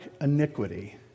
iniquity